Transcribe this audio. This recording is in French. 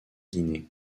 guinée